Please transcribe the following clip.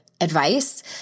advice